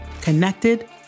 connected